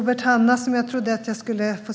Herr talman!